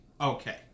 okay